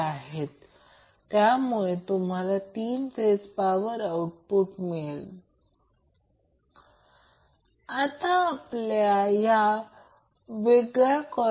आता maximum power transfer थेरमसाठी dPdRL0